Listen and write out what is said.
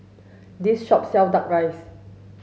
this shop sell duck rice